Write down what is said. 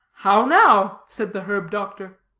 how now? said the herb-doctor.